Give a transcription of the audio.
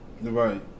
right